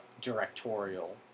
directorial